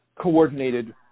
coordinated